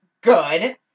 good